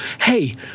hey